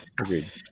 Agreed